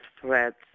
threats